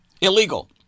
Illegal